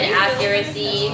accuracy